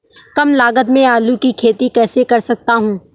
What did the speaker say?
कम लागत में आलू की खेती कैसे कर सकता हूँ?